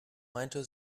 meinte